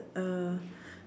uh